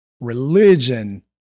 religion